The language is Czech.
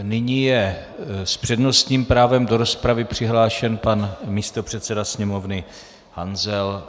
Nyní je s přednostním právem do rozpravy přihlášen pan místopředseda Sněmovny Hanzel.